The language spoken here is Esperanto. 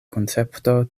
koncepto